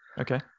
Okay